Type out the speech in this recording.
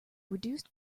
reduced